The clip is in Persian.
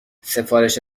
سفارش